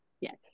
Yes